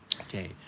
Okay